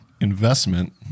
investment